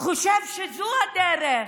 חושב שזו הדרך.